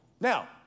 Now